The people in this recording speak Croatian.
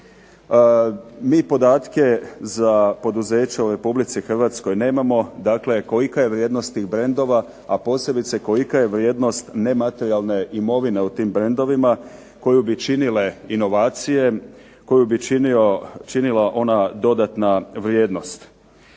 Mi podatke za poduzeća u RH nemamo, dakle kolika je vrijednost tih brendova, a posebice kolika je vrijednost nematerijalne imovine u tim brendovima koju bi činile inovacije, koju bi činila ona dodatna vrijednost.